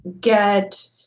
get